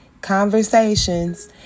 conversations